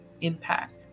impact